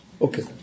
Okay